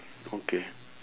okay